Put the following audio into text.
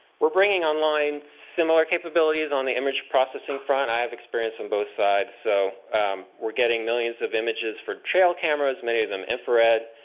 we're bringing online similar capabilities on the image processing front. i have experience on both sides. so we're getting millions of images for trail cameras, many of them infrared.